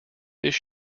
this